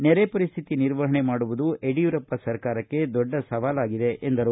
ನೆರೆ ಪರಿಸ್ಥಿತಿ ನಿರ್ವಪಣೆ ಮಾಡುವುದು ಯಡಿಯೂರಪ್ಪ ಸರ್ಕಾರಕ್ಕೆ ದೊಡ್ಡ ಸವಾಲಾಗಿದೆ ಎಂದರು